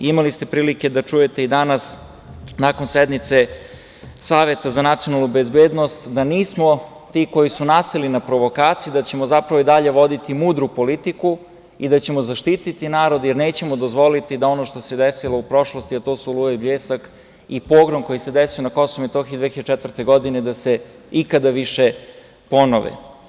Imali ste prilike da čujete i danas, nakon sednice Saveta za nacionalnu bezbednost, da nismo ti koji smo naseli na provokacije, da ćemo zapravo i dalje voditi mudru politiku i da ćemo zaštititi narod, jer nećemo dozvoliti da ono što se desilo u prošlosti, a to su „Oluja“ i „Bljesak“ i Pogrom koji se desio na KiM 2004. godine, da se ikada više ponove.